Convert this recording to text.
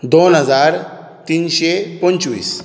दोन हजार तिनशें पंचवीस